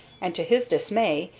and, to his dismay,